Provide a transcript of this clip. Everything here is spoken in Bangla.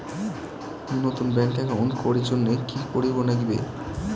নতুন ব্যাংক একাউন্ট করির জন্যে কি করিব নাগিবে?